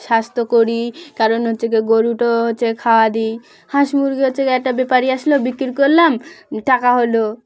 স্বাস্থ্য করি কারণ হচ্ছে গ গরুটাও হচ্ছে খাওয়া দিই হাঁস মুরগি হচ্ছে গ একটা ব্যাপারি আসলো বিক্রি করলাম টাকা হলো